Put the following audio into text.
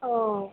औ